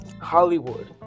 Hollywood